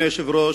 אדוני היושב-ראש,